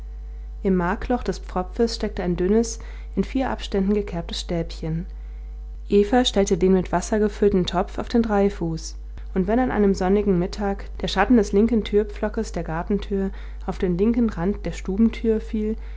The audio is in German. im markloch des pfropfes steckte ein dünnes in vier abständen gekerbtes stäbchen eva stellte den mit wasser gefüllten topf auf den dreifuß und wenn an einem sonnigen mittag der schatten des linken türpflockes der gartentür auf den linken rand der stubentür fiel